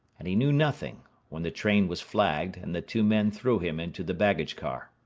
and he knew nothing when the train was flagged and the two men threw him into the baggage car.